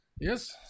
Yes